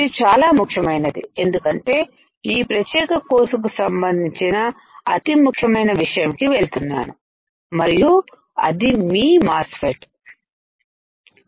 ఇది చాలా ముఖ్యమైనది ఎందుకంటే ఈ ప్రత్యేక కోర్స్ కు సంబంధించి న అతి ముఖ్యమైన విషయం కి కెవెళ్తున్నాను మరియు అది మీ మాస్ ఫెట్ MOSFET